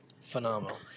phenomenal